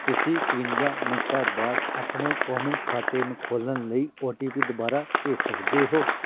ਤੁਸੀਂ ਇੱਕਵੰਜਾ ਮਿੰਟਾਂ ਬਾਅਦ ਆਪਣੇ ਕੋਂਮੈਂਟ ਖਾਤੇ ਨੂੰ ਖੋਲ੍ਹਣ ਲਈ ਓ ਟੀ ਪੀ ਦੁਬਾਰਾ ਭੇਜ ਸਕਦੇ ਹੋ